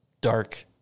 dark